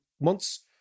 months